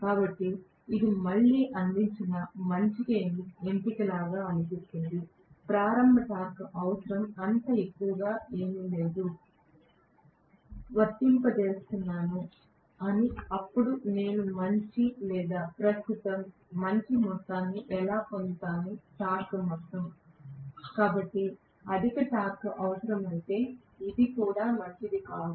కాబట్టి ఇది మళ్ళీ అందించిన మంచి ఎంపికలా అనిపిస్తుంది ప్రారంభ టార్క్ అవసరం అంత ఎక్కువగా లేదు ప్రారంభ టార్క్ అవసరం ఎక్కువగా ఉంటే మళ్ళీ నేను వోల్టేజ్ యొక్క తక్కువ విలువను మాత్రమే వర్తింపజేస్తున్నాను అప్పుడు నేను మంచి లేదా ప్రస్తుత మంచి మొత్తాన్ని ఎలా పొందుతాను టార్క్ మొత్తం కాబట్టి అధిక టార్క్ అవసరమైతే ఇది కూడా మంచిది కాదు